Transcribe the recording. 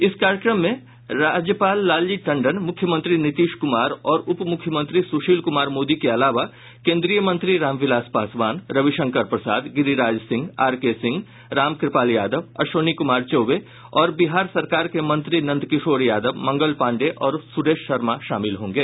इस कार्यक्रम में राज्यपाल लालजी टंडन मुख्यमंत्री नीतीश कुमार और उप मुख्यमंत्री सुशील कुमार मोदी के अलावा केन्द्रीय मंत्री रामविलास पासवान रविशंकर प्रसाद गिरिराज सिंह आरके सिंह रामकृपाल यादव अश्विनी कुमार चौबे और बिहार सरकार के मंत्री नंदकिशोर यादव मंगल पांडेय और सुरेश शर्मा शामिल होंगे